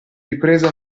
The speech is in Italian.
riprese